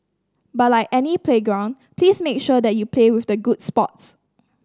but like any playground please make sure that you play with the good sports